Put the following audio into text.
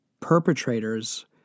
perpetrators